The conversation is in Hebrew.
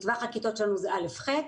טווח הכיתות שלנו זה א'-ח'.